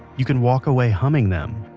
you can walk away humming them,